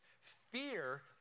Fear